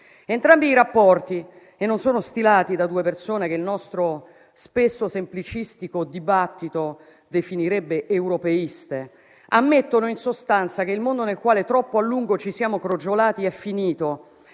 entrambi i rapporti - che non sono stilati da due persone che il nostro dibattito, spesso semplicistico, definirebbe europeiste - ammettono, in sostanza, che il mondo nel quale troppo a lungo ci siamo crogiolati è finito